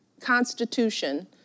Constitution